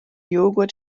jogurt